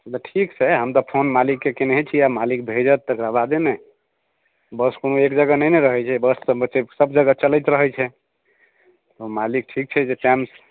ठीक छै हम तऽ फोन मालिक के केनेहे छियै आ मालिक भेजत तेकर बादे न बस कोनो एक जगह नै न रहय छै बस के सब जगह चलैत रहय छै ओ मालिक ठीक छै जे टाइम